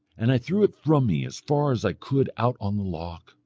and i threw it from me as far as i could out on the loch,